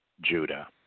Judah